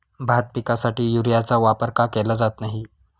भात पिकासाठी युरियाचा वापर का केला जात नाही?